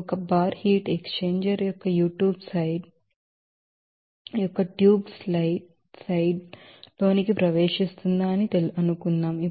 ఒక bar heat exchanger యొక్క tube side లోనికి ప్రవేశిస్తోందా అని అనుకుందాం